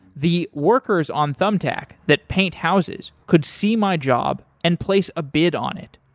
the workers on thumbtack that paint houses could see my job and place a bid on it.